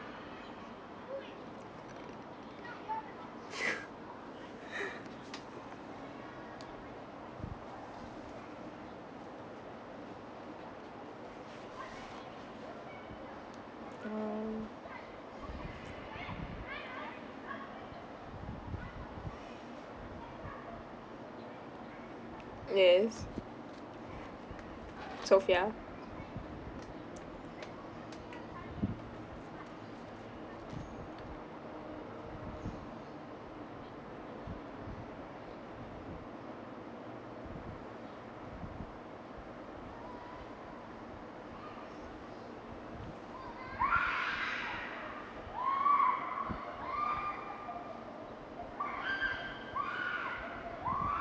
oh yes sophia